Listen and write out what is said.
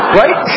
right